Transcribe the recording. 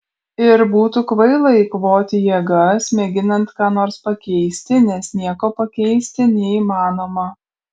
ir būtų kvaila eikvoti jėgas mėginant ką nors pakeisti nes nieko pakeisti neįmanoma